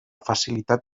facilitat